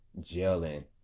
gelling